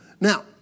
Now